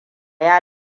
ya